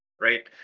right